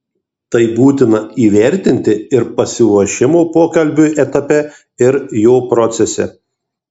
tai būtina įvertinti ir pasiruošimo pokalbiui etape ir jo procese